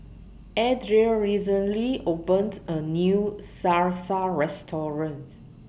Adria recently opened A New Salsa Restaurant